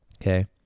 okay